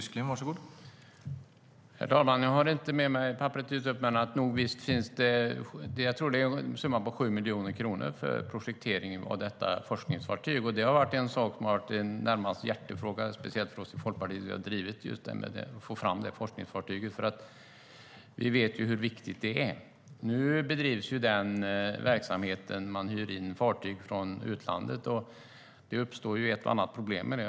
Herr talman! Jag har inte med mig papperet här, men jag tror att summan är 7 miljoner kronor för projekteringen av detta forskningsfartyg. Det har varit en närmast hjärtefråga, speciellt för Folkpartiet. Vi har drivit på för att få fram det, för vi vet hur viktigt det är. Nu hyr man in fartyg från utlandet, och det uppstår ett och annat problem med det.